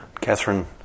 Catherine